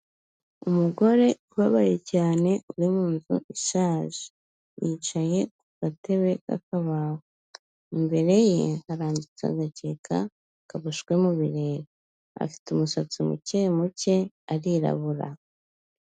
Umugore ubabaye cyane uri mu nzu ishaje, yicaye ku gatebe k'akabaho, imbere ye harambitse agakeka kaboshywe mu birere afite umusatsi muke muke, arirabura.